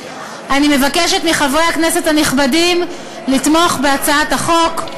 אני מבקשת מחברי הכנסת הנכבדים לתמוך בהצעת החוק.